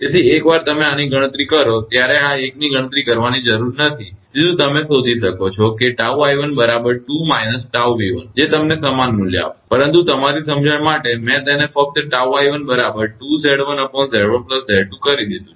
તેથી એકવાર તમે આની ગણતરી કરો ત્યારે આ 1 ની ગણતરી કરવાની જરૂર નથી સીધુ તમે શોધી શકો છો કે 𝜏𝑖1 બરાબર 2 − 𝜏𝑉1 છે જે તમને સમાન મૂલ્ય આપશે પરંતુ તમારી સમજણ માટે મેં તેને ફક્ત 𝜏𝑖1 બરાબર 2𝑍1𝑍1 𝑍2 કરી દીધું છે